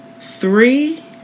Three